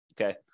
Okay